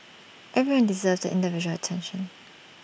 everyone deserves the individual attention